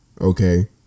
Okay